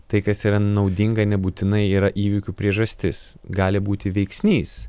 tai kas yra naudinga nebūtinai yra įvykių priežastis gali būti veiksnys